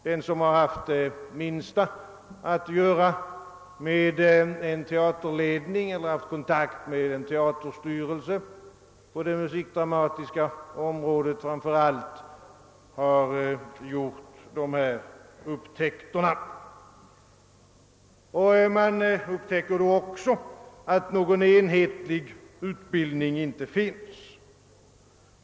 Den som haft det minsta att göra med en teaterledning eller haft kontakt med en teaterstyrelse, framför allt på det musikdramatiska området, har gjort dessa upptäckter. Man upptäcker då också att någon enhetlig utbildning icke finns.